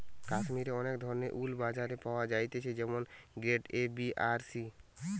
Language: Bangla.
কাশ্মীরের অনেক ধরণের উল বাজারে পাওয়া যাইতেছে যেমন গ্রেড এ, বি আর সি